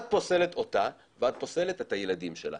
את פוסלת אותה ואת פוסלת את הילדים שלה.